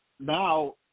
Now